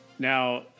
Now